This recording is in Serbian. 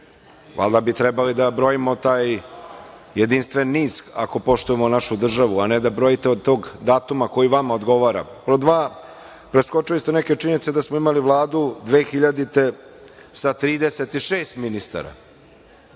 Valjda bi trebalo da brojimo taj jedinstveni niz ako poštujemo našu državu, a ne da brojite od tog datuma koji vama odgovara. Pod dva, preskočili ste neke činjenice da smo imali Vladu 2000. godine sa 36 ministara,